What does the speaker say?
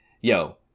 yo